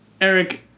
Eric